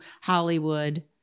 Hollywood